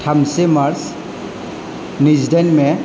थामजिसे मार्च नैजिदाइन मे